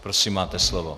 Prosím, máte slovo.